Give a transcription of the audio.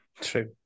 True